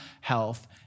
health